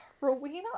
Rowena